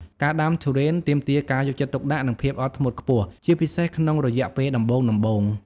ការដាំទុរេនទាមទារការយកចិត្តទុកដាក់ និងភាពអត់ធ្មត់ខ្ពស់ ជាពិសេសក្នុងរយៈពេលដំបូងៗ។